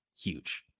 huge